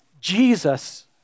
Jesus